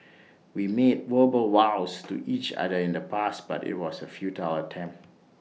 we made verbal vows to each other in the past but IT was A futile attempt